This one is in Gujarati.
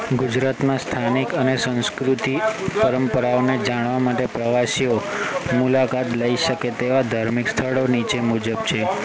ગુજરાતમાં સ્થાનિક અને સાંસ્કૃતિક પરંપરાઓને જાણવા માટે પ્રવાસીઓ મુલાકાત લઈ શકે તેવા ધાર્મિક સ્થળો નીચે મુજબ છે